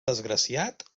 desgraciat